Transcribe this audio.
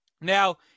Now